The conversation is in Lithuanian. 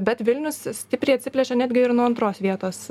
bet vilnius stipriai atsiplėšė netgi ir nuo antros vietos